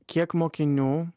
kiek mokinių